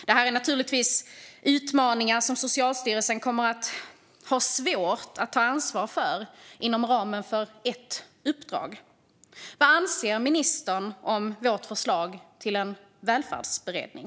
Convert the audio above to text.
Det här är naturligtvis utmaningar som Socialstyrelsen kommer att ha svårt att ta ansvar för inom ramen för ett uppdrag. Vad anser ministern om vårt förslag till en välfärdsberedning?